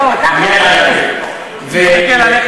אמרתי משפט,